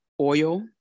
oil